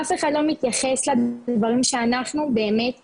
אף אחד לא מתייחס לדברים שאנחנו באמת חווים.